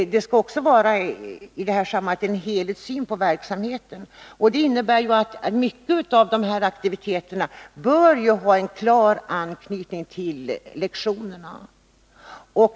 I sammanhanget skall det också finnas en helhetssyn på verksamheten, och det innebär att mycket av de här aktiviteterna bör ha en klar anknytning till lektionerna.